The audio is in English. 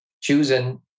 choosing